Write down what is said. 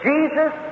Jesus